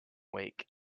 week